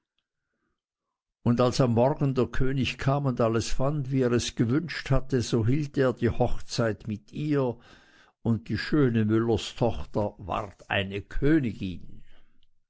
und als am morgen der könig kam und alles fand wie er gewünscht hatte so hielt er hochzeit mit ihr und die schöne müllerstochter ward eine königin